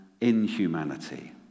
inhumanity